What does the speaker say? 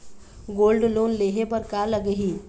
Gold loan लेहे बर का लगही?